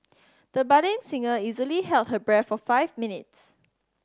the budding singer easily held her breath for five minutes